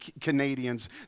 canadians